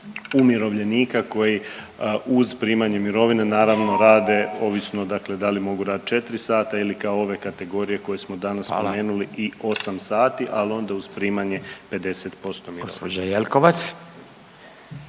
umirovljenika koji uz primanje mirovine naravno rade ovisno da li mogu raditi četri sata ili kao ove kategorije koje smo danas spomenuli … **Radin, Furio (Nezavisni)**